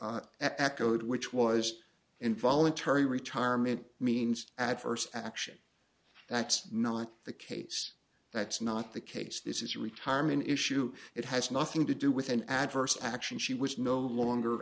echoed which was involuntary retirement means adverse action that's not the case that's not the case this is a retirement issue it has nothing to do with an adverse action she was no longer